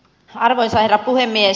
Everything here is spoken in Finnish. arvoisa herra puhemies